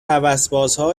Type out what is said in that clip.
هوسبازها